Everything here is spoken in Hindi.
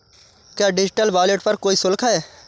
क्या डिजिटल वॉलेट पर कोई शुल्क है?